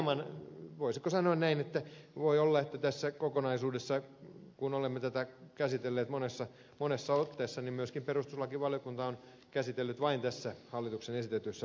eli hieman voisiko sanoa näin voi olla että tässä kokonaisuudessa kun olemme tätä käsitelleet moneen otteeseen myöskin perustuslakivaliokunta on käsitellyt tätä vain tässä hallituksen esittämässä muodossa